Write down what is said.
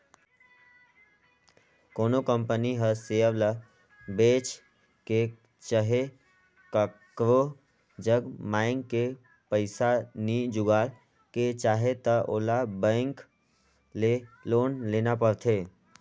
कोनो कंपनी हर सेयर ल बेंच के चहे काकरो जग मांएग के पइसा नी जुगाड़ के चाहे त ओला बेंक ले लोन लेना परथें